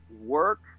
work